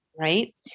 right